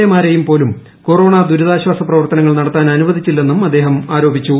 A മാരെയും പോലും corona ദുരിതാശ്വാസ പ്രവർത്തനങ്ങൾ നടത്താൻ അനുവദിച്ചില്ലെന്നും അദ്ദേഹം ആരോപിച്ചു